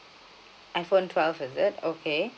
iPhone twelve is it okay